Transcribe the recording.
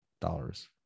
dollars